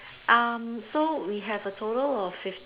um so we have a total of fif~ err